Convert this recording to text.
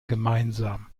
gemeinsam